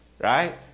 Right